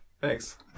Thanks